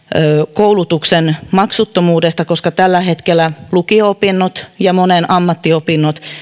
koulutuksen maksuttomuuteen koska tällä hetkellä monen lukio opinnot ja ammattiopinnot